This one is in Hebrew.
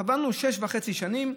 קבענו שש וחצי שנים.